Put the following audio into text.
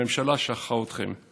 הממשלה שכחה אתכם".